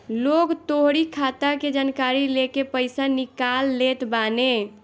लोग तोहरी खाता के जानकारी लेके पईसा निकाल लेत बाने